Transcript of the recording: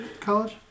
college